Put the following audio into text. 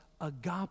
agape